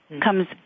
Comes